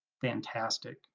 Fantastic